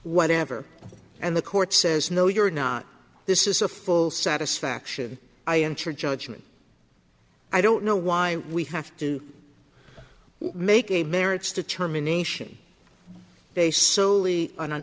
whatever and the court says no you're not this is a full satisfaction i entered judgment i don't know why we have to make a marriage determination based solely